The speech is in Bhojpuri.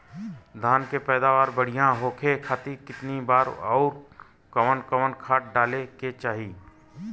धान के पैदावार बढ़िया होखे खाती कितना बार अउर कवन कवन खाद डाले के चाही?